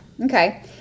Okay